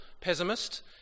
pessimist